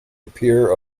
appear